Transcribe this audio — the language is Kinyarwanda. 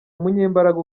umunyembaraga